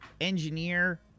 engineer